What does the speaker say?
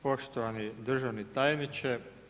Poštovani državni tajniče.